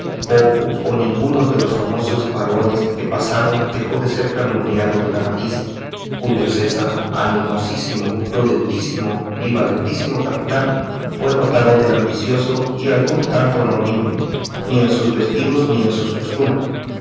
pocos o ninguno de los famosos varones que pasaron dejó de ser calumniado de la malicia julio césar animosísimo prudentísimo y valentísimo capitán fue notado de ambicioso y algún tanto no limpio ni en sus vestidos ni en sus costumbres